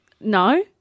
No